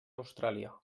austràlia